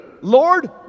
Lord